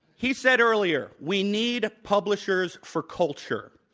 he said earlier we need publishers for culture,